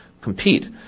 compete